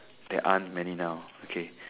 there aren't many now okay